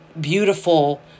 beautiful